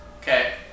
okay